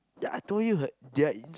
ya I told you her their